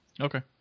Okay